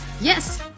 Yes